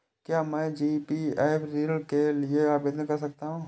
क्या मैं जी.पी.एफ ऋण के लिए आवेदन कर सकता हूँ?